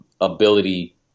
ability